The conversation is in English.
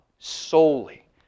solely